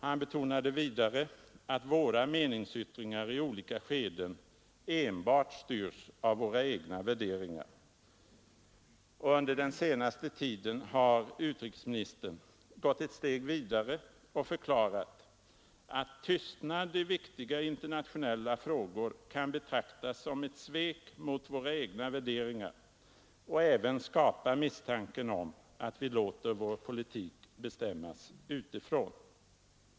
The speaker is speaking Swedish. Han betonade vidare, att våra meningsyttringar i olika skeden enbart styrs av våra egna värderingar. Och under den senaste tiden har utrikesministern gått ett steg vidare och förklarat att tystnad i viktiga internationella frågor kan betraktas som ett svek mot våra egna värderingar och även skapa misstanken om att vi låter vår politik bestämmas utifrån.